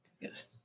Yes